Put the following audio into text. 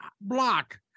block